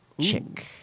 chick